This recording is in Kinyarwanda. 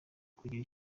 kugira